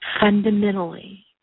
Fundamentally